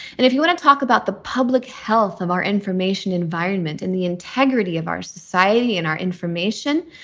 and if you want to talk about the public health of our information, environment in the integrity of our society and our information,